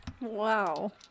Wow